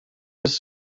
was